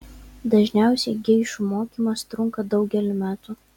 dažniausiai geišų mokymas trunka daugelį metų